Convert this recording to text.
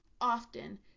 Often